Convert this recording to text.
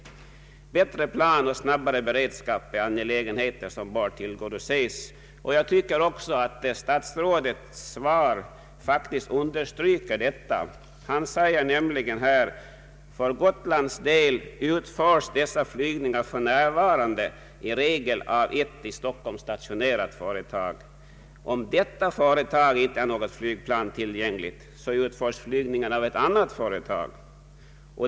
Större plan och snabbare beredskap är behov som bör tillgodoses. Jag tycker också att statsrådets svar faktiskt understryker dessa behov. Däri säger statsrådet: ”För Gotlands del utförs dessa flygningar för närvarande i regel av ett i Stockholm stationerat företag. Om detta företag inte har något flygplan tillgängligt utförs flygningen av annat företag.